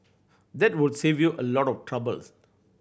that would save you a lot of troubles